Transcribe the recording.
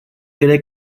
cree